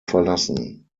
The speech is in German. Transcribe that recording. verlassen